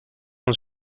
han